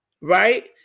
right